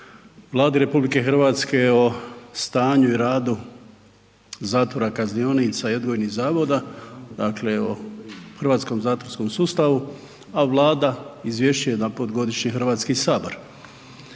Vladi RH o stanju i radu zatvora, kaznionica i odgojnih zavoda, dakle o hrvatskom zatvorskom sustavu a Vlada izvješćuje jedanput godišnje Hrvatski sabor.